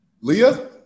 Leah